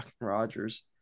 Rodgers